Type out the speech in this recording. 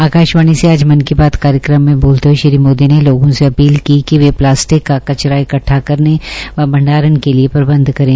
आका ावाणी से आज मन की बात कार्यकम में बोलते हुए श्री मोदी ने लोगों से अपील की कि वे प्लास्टिक का कचरा इकट्ठा करने व भंडारन के लिए प्रबंध करें